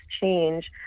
change